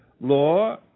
law